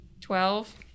twelve